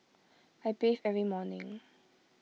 I bathe every morning